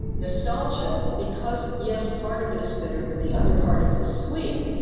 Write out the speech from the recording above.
nostalgia because, yes, part of it is bitter but the other part of it is sweet,